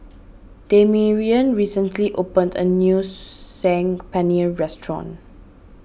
Damarion recently opened a new Saag Paneer restaurant